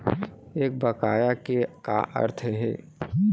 एक बकाया के का अर्थ हे?